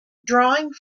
drawing